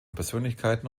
persönlichkeiten